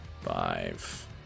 five